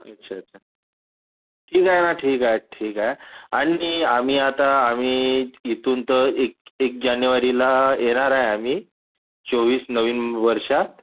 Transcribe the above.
अच्छा अच्छा ठीक आहे ना ठीक आहे ठीक आहे आणि आम्ही आता आम्ही इथून तर एक एक जानेवारीला येणार आहे आम्ही चोवीस नवीन वर्षात